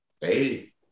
Hey